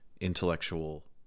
intellectual